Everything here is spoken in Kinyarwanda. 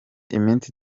iminsi